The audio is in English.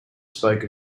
spoke